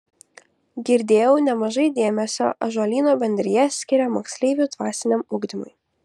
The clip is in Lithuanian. girdėjau nemažai dėmesio ąžuolyno bendrija skiria moksleivių dvasiniam ugdymui